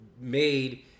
made